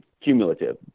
cumulative